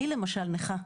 אני למשל נכה,